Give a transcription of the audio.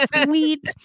Sweet